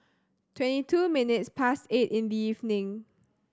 twenty two minutes past eight in the evening